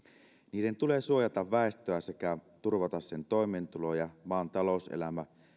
niiden tulee suojata väestöä sekä turvata sen toimeentulo ja maan talouselämä